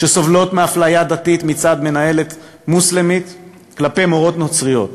על מורות נוצריות